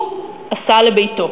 הוא עשה לביתו,